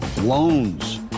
Loans